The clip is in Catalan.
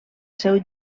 seu